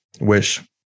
wish